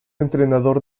entrenador